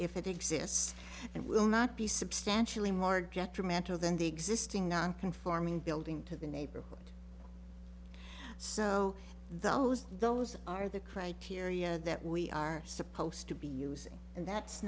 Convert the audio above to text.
if it exists and will not be substantially more detrimental than the existing non conforming building to the neighborhood so those those are the criteria that we are supposed to be using and that's